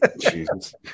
Jesus